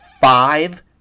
five